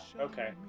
Okay